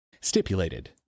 Stipulated